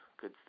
Good